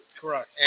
correct